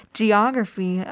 geography